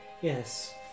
Yes